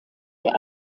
der